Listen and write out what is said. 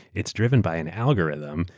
it's driven by an algorithm.